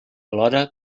alhora